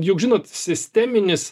juk žinot sisteminis